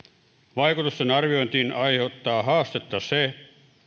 vaikutusten arviointiin aiheuttaa haastetta se että